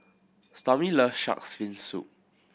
Stormy loves Shark's Fin Soup